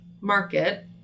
market